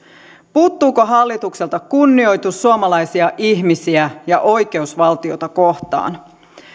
puuttuuko hallitukselta kunnioitus suomalaisia ihmisiä ja oikeusvaltiota kohtaan